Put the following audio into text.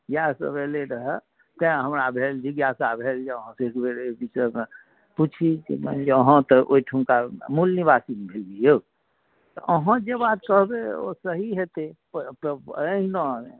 इएह सब एलै रह तैंँ हमरा भेल जिज्ञासा भेल जे अहाँसे एक बेर एहि विषयमे पूछि मानि लिअ अहाँ तऽ ओहिठुमका मूल निवासी ने भेलिए यौ अहाँ जे बात कहबै ओ सही होयतै अहिना